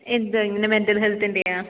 എന്ത് ഇങ്ങനെ മെന്റൽ ഹെൽത്തിൻ്റെയോ